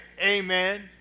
amen